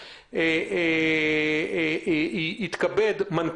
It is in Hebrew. ולכן, לכל הפחות אנחנו מבקשים שייכתב "בתיאום"